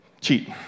cheat